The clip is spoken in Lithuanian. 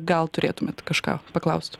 gal turėtumėt kažką paklaust